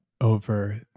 over